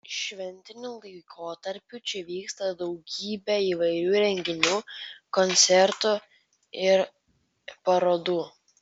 šventiniu laikotarpiu čia vyksta daugybė įvairių renginių koncertų ir parodų